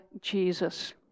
Jesus